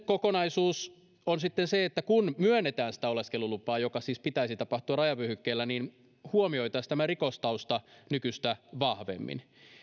kokonaisuus on sitten se että kun myönnetään sitä oleskelulupaa minkä siis pitäisi tapahtua rajavyöhykkeellä niin huomioitaisiin tämä rikostausta nykyistä vahvemmin